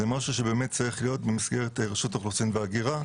זה משהו שבאמת צריך להיות במסגרת רשות האוכלוסין וההגירה,